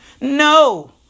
No